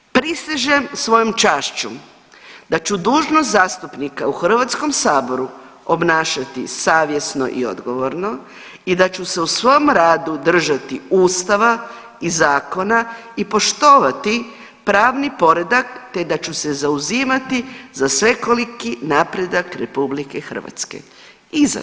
Prisežem svojom čašću da ću dužnost zastupnika u Hrvatskom saboru obnašati savjesno i odgovorno i da ću se u svom radu držati Ustava i zakona i poštovati pravni poredak te da ću se zauzimati za svekoliki napredak Republike Hrvatske.